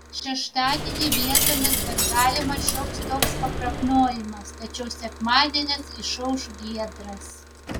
šeštadienį vietomis dar galimas šioks toks pakrapnojimas tačiau sekmadienis išauš giedras